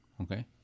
Okay